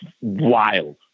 wild